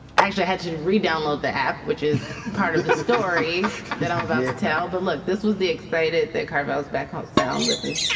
actually, i had to re download the app, which is part of the story that i'm about to tell. but look, this was the excited carve-outs backhaul sound. listen yeah